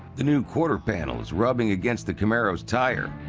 the new quarter panel is rubbing against the camaro's tire,